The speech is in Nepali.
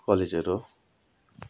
कलेजहरू हो